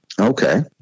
Okay